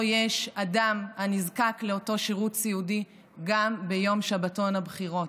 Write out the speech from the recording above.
יש אדם הנזקק לאותו שירות סיעודי גם ביום שבתון הבחירות?